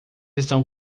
estão